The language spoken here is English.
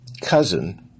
cousin